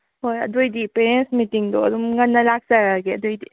ꯍꯣꯏ ꯑꯗꯨꯑꯣꯏꯗꯤ ꯄꯦꯔꯦꯟꯁ ꯃꯤꯇꯤꯡꯗꯣ ꯑꯗꯨꯝ ꯉꯟꯅ ꯂꯥꯛꯆꯔꯒꯦ ꯑꯗꯨꯑꯏꯗꯤ